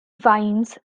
vines